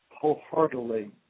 wholeheartedly